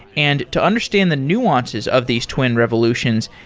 and to understand the nuances of these twin revolutions,